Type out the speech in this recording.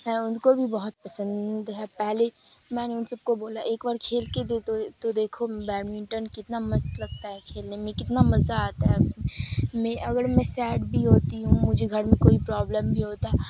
ہے ان کو بھی بہت پسند ہے پہلے میں نے ان سب کو بولا ایک بار کھیل کے دے تو تو دیکھو بیڈمنٹن کتنا مست لگتا ہے کھیلنے میں کتنا مزہ آتا ہے اس میں میں اگر میں سیڈ بھی ہوتی ہوں مجھے گھر میں کوئی پرابلم بھی ہوتا